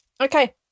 Okay